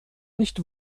nicht